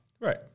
Right